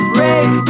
Break